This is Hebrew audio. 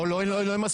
היא לא, לא מספיקה.